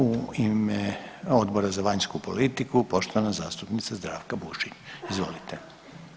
U ime Odbora za vanjsku politiku poštovana zastupnica Zdravka Bušić, izvolite.